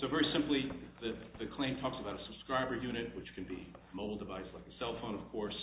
so very simply the the claim talks about a subscriber unit which can be a mobile device like a cell phone of course